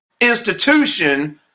institution